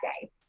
day